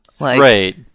Right